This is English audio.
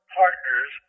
partners